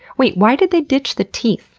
wait, why did they ditch the teeth?